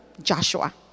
Joshua